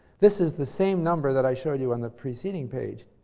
this is the same number that i showed you on the preceding page.